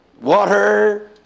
Water